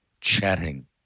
chatting